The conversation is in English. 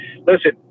listen